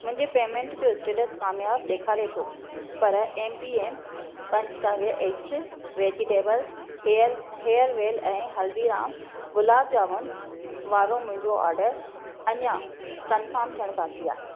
मुंहिंजी पेमेंट जो स्टेटस कामयाबु ॾेखारे थो पर एमपीएम पंचकाव्य एग्ज़ वेजिटेबल हेयरवेल ऐं हल्दीराम्स गुलाब जामुन वारो मुंहिंजो ऑर्डर अञा कन्फर्म थियणु बाक़ी आहे